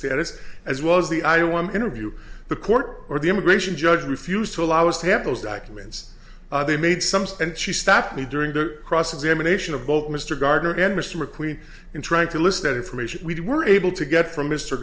status as well as the i one interview the court or the immigration judge refused to allow us to have those documents they made sums and she stopped me during the cross examination of both mr gardner and mr mcqueen in trying to list that information we were able to get from m